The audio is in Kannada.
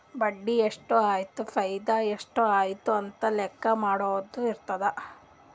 ಬಡ್ಡಿ ಎಷ್ಟ್ ಆಯ್ತು ಫೈದಾ ಎಷ್ಟ್ ಆಯ್ತು ಅಂತ ಲೆಕ್ಕಾ ಮಾಡದು ಇರ್ತುದ್